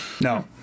No